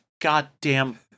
goddamn